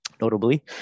Notably